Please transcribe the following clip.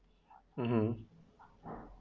mmhmm